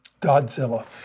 Godzilla